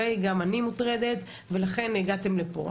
גם אני מוטרדת, ולכן הגעתם לפה.